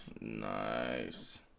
Nice